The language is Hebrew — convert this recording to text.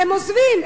הם עוזבים.